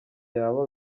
yaba